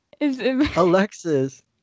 Alexis